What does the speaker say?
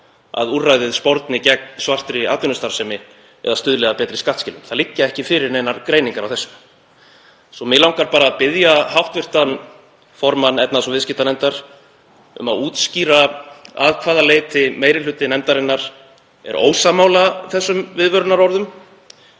að úrræðið sporni gegn svartri atvinnustarfsemi eða stuðli að betri skattskilum. Það liggja ekki fyrir neinar greiningar á þessu. Svo mig langar bara að biðja hv. formann efnahags- og viðskiptanefndar um að útskýra að hvaða leyti meiri hluti nefndarinnar er ósammála þessum viðvörunarorðum,